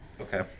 okay